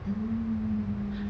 hmm